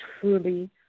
truly